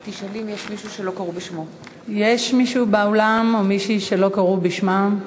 יש מישהו באולם או מישהי שלא קראו בשמם?